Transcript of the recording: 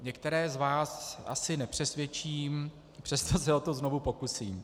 Některé z vás asi nepřesvědčím, přesto se o to znovu pokusím.